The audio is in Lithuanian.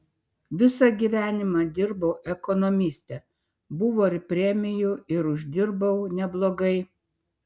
visą gyvenimą dirbau ekonomiste buvo ir premijų ir uždirbau neblogai